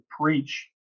preach